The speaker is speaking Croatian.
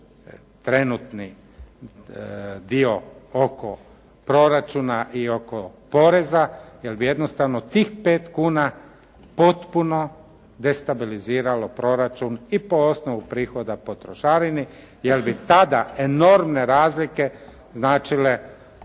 trenutni dio oko proračuna i oko poreza, jer bi jednostavno tih pet kuna potpuno destabiliziralo proračun i po osnovu prihoda po trošarini jer bi tada enormne razlike značile